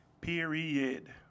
Period